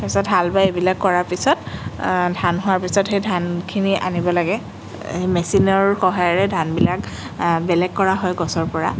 তাৰপিছত হাল বাই এইবিলাক কৰাৰ পিছত ধান হোৱাৰ পিছত সেই ধানখিনি আনিব লাগে এই মেচিনৰ সহায়েৰে ধানবিলাক বেলেগ কৰা হয় গছৰ পৰা